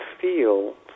feel